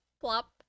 plop